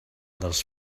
dels